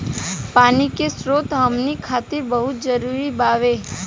पानी के स्रोत हमनी खातीर बहुत जरूरी बावे